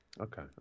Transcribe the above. Okay